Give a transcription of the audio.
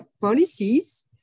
policies